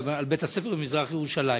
על בית-הספר במזרח-ירושלים.